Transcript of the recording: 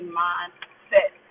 mindset